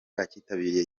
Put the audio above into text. bakitabiriye